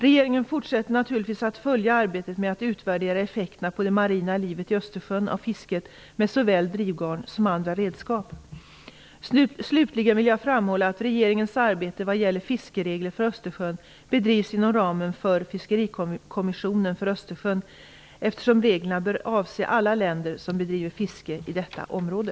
Regeringen fortsätter naturligtvis att följa arbetet med att utvärdera effekterna på det marina livet i Östersjön av fisket med såväl drivgarn som med andra redskap. Slutligen vill jag framhålla att regeringens arbete vad gäller fiskeregler för Östersjön bedrivs inom ramen för Fiskerikommissionen för Östersjön, eftersom reglerna bör avse alla länder som bedriver fiske i detta område.